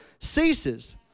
ceases